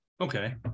Okay